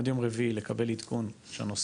עד יום רביעי לקבל עדכון שהנושא